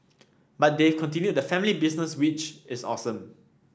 but they've continued the family business which is awesome